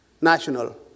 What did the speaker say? national